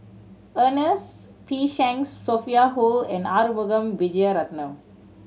Ernest P Shanks Sophia Hull and Arumugam Vijiaratnam